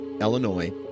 Illinois